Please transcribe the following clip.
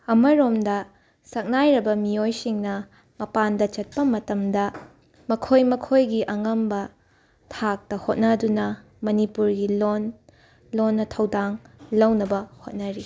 ꯑꯃꯔꯣꯝꯗ ꯁꯛꯅꯥꯏꯔꯕ ꯃꯤꯌꯣꯏꯁꯤꯡꯅ ꯃꯄꯥꯟꯗ ꯆꯠꯄ ꯃꯇꯝꯗ ꯃꯈꯣꯏ ꯃꯈꯣꯏꯒꯤ ꯑꯉꯝꯕ ꯊꯥꯛꯇ ꯍꯣꯠꯅꯗꯨꯅ ꯃꯅꯤꯄꯨꯔꯒꯤ ꯂꯣꯟ ꯂꯣꯟꯅ ꯊꯧꯗꯥꯡ ꯂꯧꯅꯕ ꯍꯣꯠꯅꯔꯤ